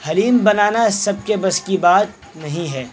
حلیم بنانا سب کے بس کی بات نہیں ہے